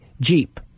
Jeep